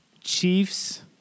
Chiefs